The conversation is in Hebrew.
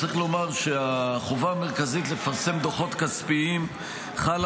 צריך לומר שהחובה המרכזית לפרסם דוחות כספיים חלה